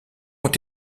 ont